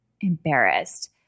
embarrassed